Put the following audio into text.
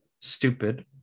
stupid